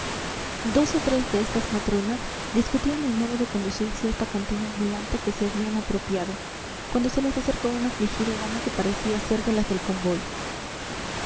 dos o tres de estas matronas discutían el modo de conducir cierta cantina ambulante que se habían apropiado cuando se les acercó una afligida dama que parecía ser de las del convoy